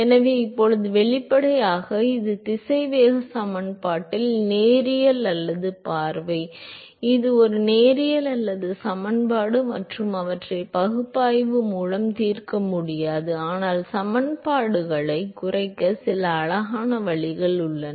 எனவே இப்போது வெளிப்படையாக இது திசைவேக சமன்பாட்டில் நேரியல் அல்லாத பார்வை இது ஒரு நேரியல் அல்லாத சமன்பாடு மற்றும் அவற்றை பகுப்பாய்வு மூலம் தீர்க்க முடியாது ஆனால் சமன்பாடுகளை a க்கு குறைக்க சில அழகான வழிகள் உள்ளன